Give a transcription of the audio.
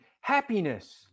happiness